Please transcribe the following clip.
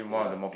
yeah